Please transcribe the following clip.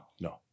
No